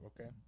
okay